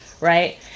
Right